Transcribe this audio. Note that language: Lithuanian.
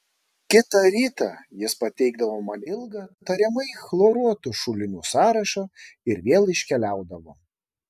kitą rytą jis pateikdavo man ilgą tariamai chloruotų šulinių sąrašą ir vėl iškeliaudavo